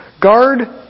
guard